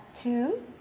two